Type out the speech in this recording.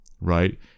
right